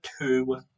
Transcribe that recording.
two